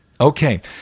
Okay